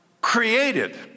created